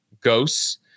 ghosts